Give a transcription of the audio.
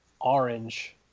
orange